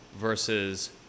versus